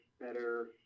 better